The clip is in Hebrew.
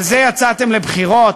על זה יצאתם לבחירות?